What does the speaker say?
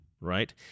right